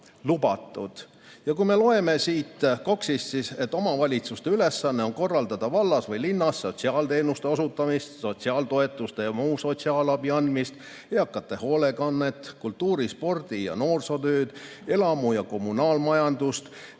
lubatud. Me loeme siit KOKS-ist, et omavalitsuste ülesanne on korraldada vallas või linnas sotsiaalteenuste osutamist, sotsiaaltoetuste ja muu sotsiaalabi andmist, eakate hoolekannet, kultuuri-, spordi- ja noorsootööd, elamu- ja kommunaalmajandust,